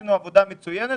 עשינו עבודה מצוינת.